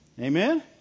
Amen